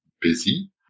busy